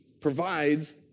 provides